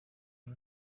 con